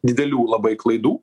didelių labai klaidų